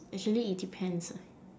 actually it depends ah